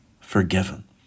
forgiven